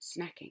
snacking